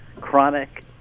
chronic